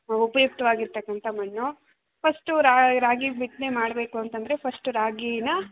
ಉಪಯುಕ್ತವಾಗಿರತಕ್ಕಂಥ ಮಣ್ಣು ಫಸ್ಟು ರಾ ರಾಗಿ ಬಿತ್ತನೆ ಮಾಡಬೇಕು ಅಂತಂದರೆ ಫಸ್ಟು ರಾಗಿನ